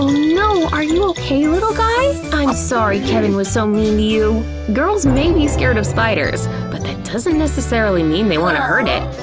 no, are you okay little guy? i'm sorry kevin was so mean to you! girls may be scared of spiders but that doesn't necessarily mean they want to hurt it!